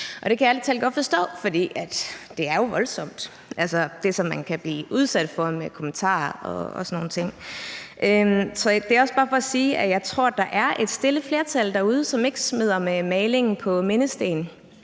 talt godt forstå, for det er jo voldsomt, hvad man kan blive udsat for med kommentarer og sådan nogle ting. Så det er også bare for at sige, at jeg tror, at der er et stille flertal derude, som ikke smider maling på mindesten,